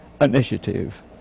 initiative